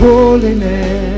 Holiness